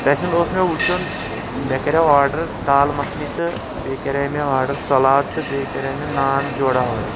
تَتیٚن اوس مےٚ وٕچھُن مےٚ کَریاو آدڑ دال مَکھنی تہٕ بیٚیہِ کَرے مےٚ آڈر سَلاد تہٕ بیٚیہِ کَرے مےٚ نان جورا آڈر